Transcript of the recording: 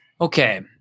okay